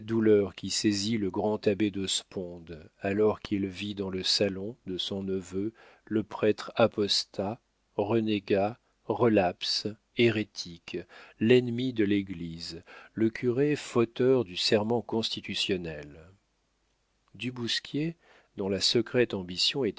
qui saisit le grand abbé de sponde alors qu'il vit dans le salon de son neveu le prêtre apostat renégat relaps hérétique l'ennemi de l'église le curé fauteur du serment constitutionnel du bousquier dont la secrète ambition